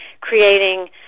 creating